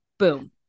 Boom